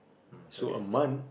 um so that's that ah